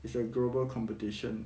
it's a global competition